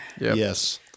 Yes